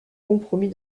compromis